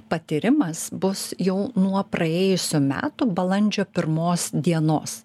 patyrimas bus jau nuo praėjusių metų balandžio pirmos dienos